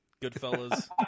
Goodfellas